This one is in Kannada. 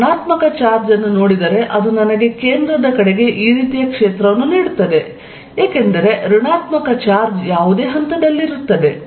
ನಾನು ಋಣಾತ್ಮಕ ಚಾರ್ಜ್ ಅನ್ನು ನೋಡಿದರೆ ಅದು ನನಗೆ ಕೇಂದ್ರದ ಕಡೆಗೆ ಈ ರೀತಿಯ ಕ್ಷೇತ್ರವನ್ನು ನೀಡುತ್ತದೆ ಏಕೆಂದರೆ ಋಣಾತ್ಮಕ ಚಾರ್ಜ್ ಯಾವುದೇ ಹಂತದಲ್ಲಿರುತ್ತದೆ